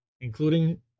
including